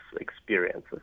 experiences